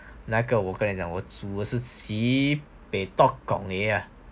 那个我跟你讲我煮 sibei tok gong